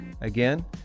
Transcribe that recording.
Again